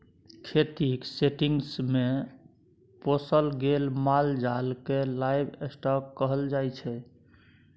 खेतीक सेटिंग्स मे पोसल गेल माल जाल केँ लाइव स्टाँक कहल जाइ छै